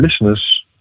listeners